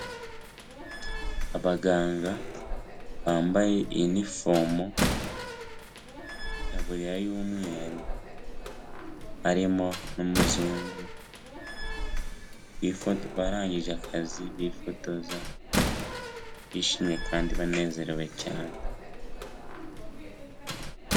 Abaganga bambaye inifomo, itaburiya y'umweru harimo n'umuzungu, barangije akazi bifotoza bishimye kandi banezerewe cyane.